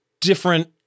different